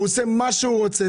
הוא עושה מה שהוא רוצה.